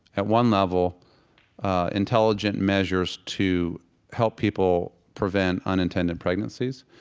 at one level intelligent measures to help people prevent unintended pregnancies.